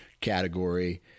category